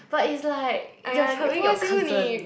but is like you are troubling your cousin